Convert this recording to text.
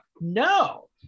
No